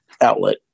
outlet